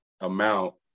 amount